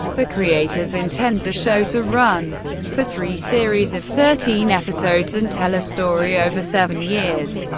the creators intend the show to run for three series of thirteen episodes and tell a story over seven years.